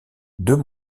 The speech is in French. deux